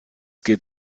gilt